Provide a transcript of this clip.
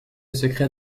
secret